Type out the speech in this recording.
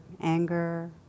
anger